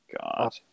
God